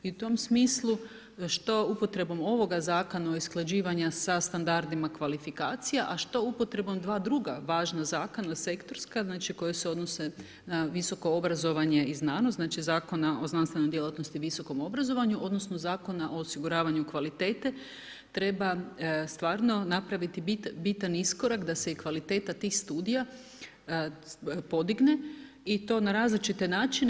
I u tom smislu što upotrebom ovoga zakona i usklađivanja sa standardima kvalifikacija, a što upotrebom dva druga zakona važna zakona sektorska, znači koja se odnose na visoko obrazovanje i znanost, znači Zakona o znanstvenoj djelatnosti i visokom obrazovanja, odnosno Zakona o osiguravanju kvalitete treba stvarno napraviti bitan iskorak da se i kvaliteta tih studija podigne i to na različite načine.